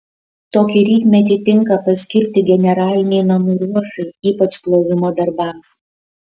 tokį rytmetį tinka paskirti generalinei namų ruošai ypač plovimo darbams